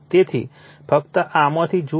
તેથી ફક્ત આમાંથી જાઓ